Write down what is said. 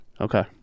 Okay